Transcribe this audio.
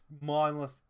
mindless